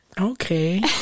okay